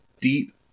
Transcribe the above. deep